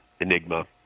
Enigma